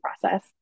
process